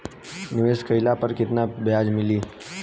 निवेश काइला पर कितना ब्याज मिली?